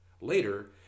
Later